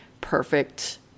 perfect